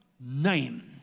name